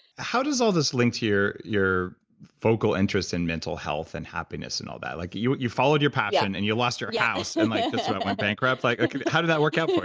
how does all this link to your your vocal interests in mental health and happiness and all that? like you you followed your passion and you lost your house, and inaudible like but went bankrupt. like how did that work out for